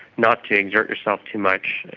not to exert yourself too much,